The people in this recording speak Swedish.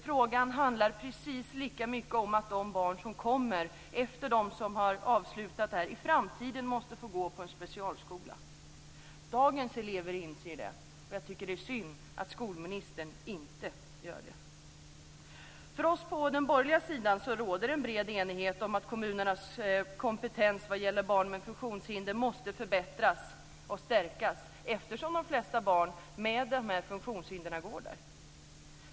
Frågan handlar lika mycket om att de barn som kommer efter dem som avslutat sin skolgång i framtiden måste få gå i en specialskola. Dagens elever inser det, och jag tycker att det är synd att skolministern inte gör det. För oss på den borgerliga sidan råder det en bred enighet om att kommunernas kompetens när det gäller barn med funktionshinder måste förbättras och stärkas, eftersom de flesta barn med funktionshinder går där.